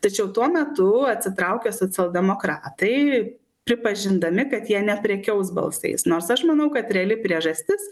tačiau tuo metu atsitraukia socialdemokratai pripažindami kad jie neprekiaus balsais nors aš manau kad reali priežastis